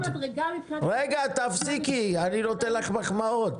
רגע, תפסיקי, אני נותן לך מחמאות.